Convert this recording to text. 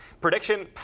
Prediction